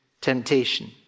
temptation